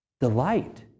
delight